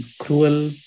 cruel